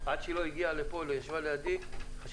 עד שהיא לא הגיעה לפה ולא ישבה לידי חשבתי